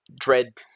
dread